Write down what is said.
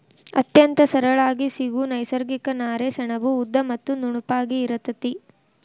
ಅತ್ಯಂತ ಸರಳಾಗಿ ಸಿಗು ನೈಸರ್ಗಿಕ ನಾರೇ ಸೆಣಬು ಉದ್ದ ಮತ್ತ ನುಣುಪಾಗಿ ಇರತತಿ